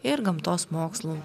ir gamtos mokslų